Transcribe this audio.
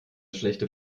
schlechte